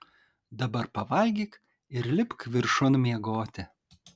dabar pavalgyk ir lipk viršun miegoti